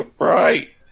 Right